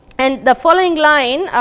and the following line,